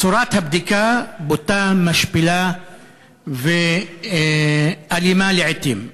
צורת הבדיקה בוטה, משפילה ואלימה לעתים.